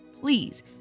please